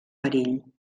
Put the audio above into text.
perill